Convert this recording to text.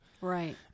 right